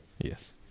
Yes